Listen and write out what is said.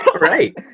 right